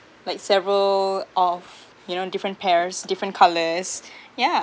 like several of you know different pairs different colours yeah